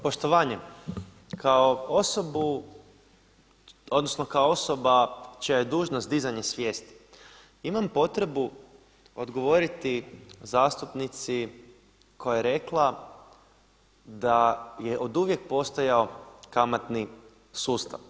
Poštovanje kao osobu, odnosno kao osoba čija je dužnost dizanje svijesti imam potrebu odgovoriti zastupnici koja je rekla da je oduvijek postojao kamatni sustav.